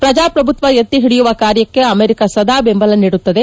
ಪ್ರಜಾಪ್ರಭುತ್ವ ಎತ್ತಿ ಹಿಡಿಯುವ ಕಾರ್ಯಕ್ಕೆ ಅಮೆರಿಕ ಸದಾ ಬೆಂಬಲ ನೀಡುತ್ತದೆ